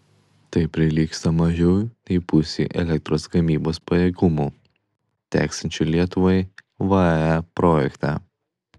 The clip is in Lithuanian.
tai prilygsta mažiau nei pusei elektros gamybos pajėgumų teksiančių lietuvai vae projekte